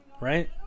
right